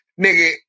nigga